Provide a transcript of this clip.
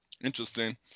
interesting